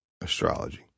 astrology